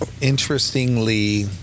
interestingly